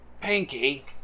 pinky